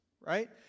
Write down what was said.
Right